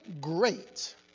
great